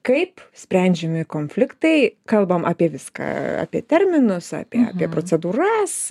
kaip sprendžiami konfliktai kalbam apie viską apie terminus apie apie procedūras